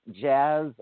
Jazz